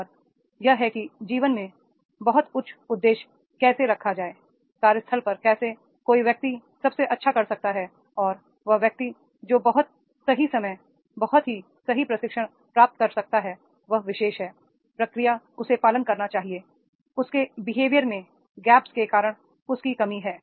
और यह है कि जीवन में बहुत उच्च उद्देश्य कैसे रखा जाए कार्यस्थल पर कैसे कोई व्यक्ति सबसे अच्छा कर सकता है और वह व्यक्ति जो बहुत सही समय बहुत ही सही प्रशिक्षण प्राप्त कर सकता है वह विशेष है प्रक्रिया उसे पालन करना चाहिए उसके बिहेवियर में इन गैप्स के कारण उसकी कमी है